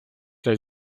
цей